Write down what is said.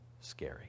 scary